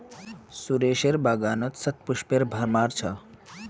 सुरेशेर बागानत शतपुष्पेर भरमार छ